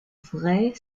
vraie